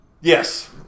Yes